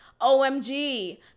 OMG